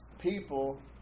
people